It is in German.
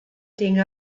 dinge